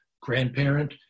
grandparent